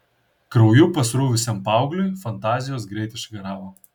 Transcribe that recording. krauju pasruvusiam paaugliui fantazijos greit išgaravo